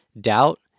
doubt